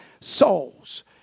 souls